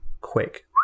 quick